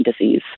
disease